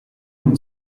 non